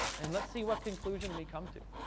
and let's see what conclusion we come to.